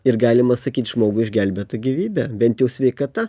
ir galima sakyt žmogui išgelbėta gyvybė bent jau sveikata